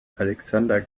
alexander